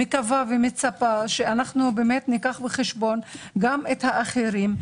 מקווה ומצפה שאנחנו ניקח בחשבון גם את האחרים,